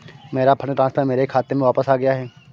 मेरा fund transfer मेरे खाते में वापस आ गया है